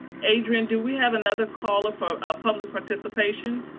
adrian, do we have another call for a public participation?